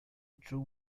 true